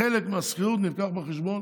חלק מהשכירות מובא בחשבון